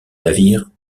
navire